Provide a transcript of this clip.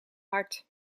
hard